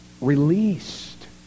released